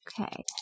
Okay